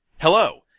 Hello